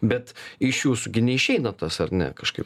bet iš jūsų gi neišeina tas ar ne kažkaip